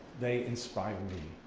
they inspire